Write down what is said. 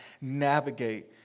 navigate